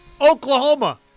Oklahoma